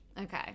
Okay